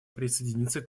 присоединиться